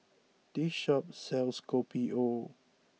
this shop sells Kopi O